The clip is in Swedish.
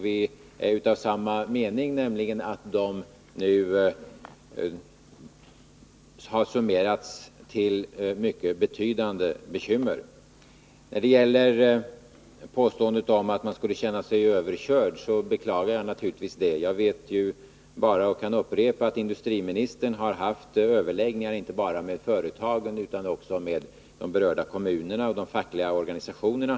Vi är av samma mening, nämligen att dessa problem nu har summerats till mycket betydande bekymmer. När det gäller påståendet om att man skulle känna sig överkörd beklagar jag naturligtvis om man känner det så. Jag vet ju bara — jag kan upprepa det — att industriministern har haft överläggningar inte bara med företagen, utan också med de berörda kommunerna och de fackliga organisationerna.